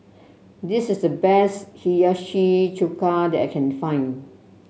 this is the best Hiyashi Chuka that I can find